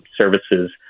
services